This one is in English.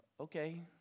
Okay